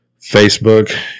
Facebook